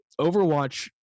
Overwatch